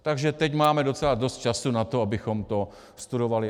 Takže teď máme docela dost času na to, abychom to studovali.